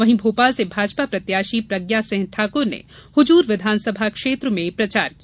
वहीं भोपाल से भाजपा प्रत्याशी प्रज्ञा सिंह ठाकुर ने हुजूर विधानसभा क्षेत्र में प्रचार किया